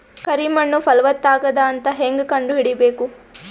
ಕರಿ ಮಣ್ಣು ಫಲವತ್ತಾಗದ ಅಂತ ಹೇಂಗ ಕಂಡುಹಿಡಿಬೇಕು?